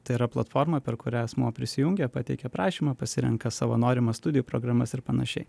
tai yra platforma per kurią asmuo prisijungia pateikia prašymą pasirenka savo norimas studijų programas ir panašiai